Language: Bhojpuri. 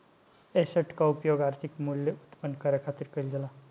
एसेट कअ उपयोग आर्थिक मूल्य उत्पन्न करे खातिर कईल जाला